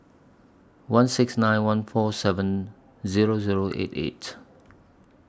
one six nine one four seven Zero Zero eight eight